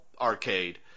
arcade